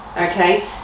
okay